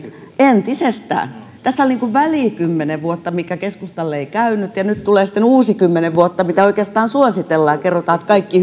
entisestään tässä on välissä kymmenen vuotta mikä keskustalle ei käynyt ja nyt tulee siten uudet kymmenen vuotta mitä oikeastaan suositellaan ja kerrotaan että kaikki